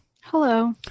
Hello